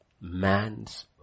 Man's